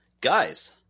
guys